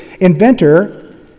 Inventor